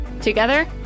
together